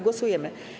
Głosujemy.